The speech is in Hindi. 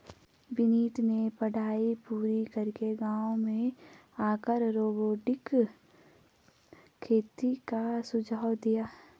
विनीत ने पढ़ाई पूरी करके गांव में आकर रोबोटिक खेती का सुझाव दिया